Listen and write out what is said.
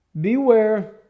beware